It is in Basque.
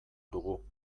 dugu